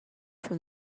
from